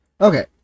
Okay